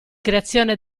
creazione